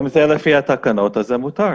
אם זה לפי התקנות אז זה מותר.